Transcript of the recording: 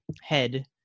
head